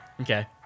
Okay